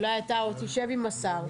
אולי אתה עוד תשב עם השר.